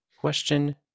Question